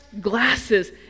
glasses